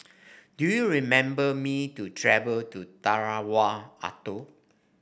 do you remember me to travel to Tarawa Atoll